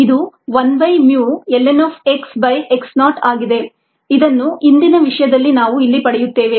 ಇದು 1 by mu ln of x by x naught ಆಗಿದೆ ಇದನ್ನು ಹಿಂದಿನ ವಿಷಯದಿಂದ ನಾವು ಇಲ್ಲಿ ಪಡೆಯುತ್ತೇವೆ